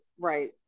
right